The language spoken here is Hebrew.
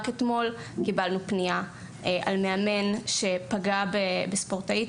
רק אתמול קיבלנו פניה על מאמן שפגע בספורטאית,